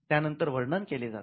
त्यानंतर वर्णन केले जाते